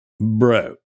Bro